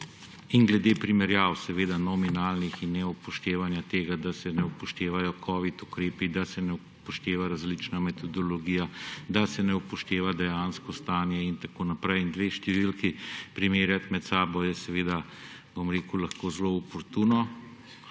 in glede primerjav, seveda nominalnih, in neupoštevanja tega, da se ne upoštevajo covid ukrepi, da se ne upošteva različna metodologija, da se ne upošteva dejansko stanje in tako naprej. Dve številki primerjati med sabo je seveda lahko zelo oportuno.